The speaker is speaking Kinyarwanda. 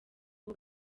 abo